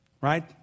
right